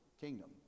kingdom